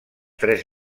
tres